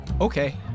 Okay